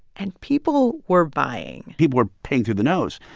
and people were buying people were paying through the nose,